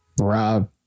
Rob